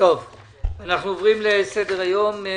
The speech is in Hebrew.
נעבוד לסדר היום.